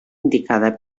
indicada